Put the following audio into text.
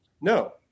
no